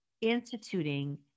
instituting